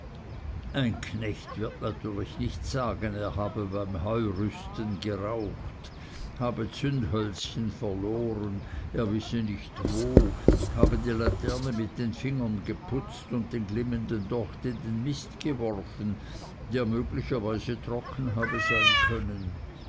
ein knecht wird natürlich nicht sagen er habe beim heurüsten geraucht habe zündhölzchen verloren er wisse nicht wo habe die laterne mit den fingern geputzt und den glimmenden docht in den mist geworfen der möglicherweise trocken habe sein können